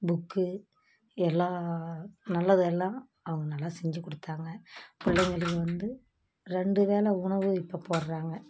book எல்லா நல்லது எல்லா அவங்க நல்லா செஞ்சுக் கொடுத்தாங்க பிள்ளைங்களையும் வந்து ரெண்டு வேளை உணவு இப்போ போடுறாங்க